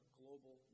global